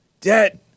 Dead